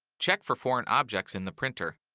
check for foreign objects in the printer,